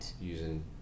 using